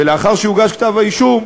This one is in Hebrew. לאחר שיוגש כתב-אישום,